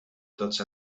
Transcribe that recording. tots